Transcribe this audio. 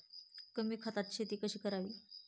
कमी खतात शेती कशी करावी?